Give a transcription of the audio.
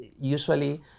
usually